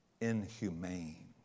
Inhumane